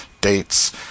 dates